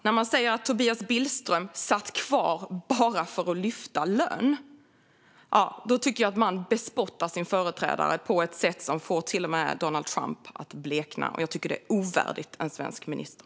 Att säga att Tobias Billström satt kvar bara för att lyfta lön tycker jag är att bespotta sin företrädare på ett sätt som får till och med Donald Trump att blekna. Jag tycker att det är ovärdigt en svensk minister.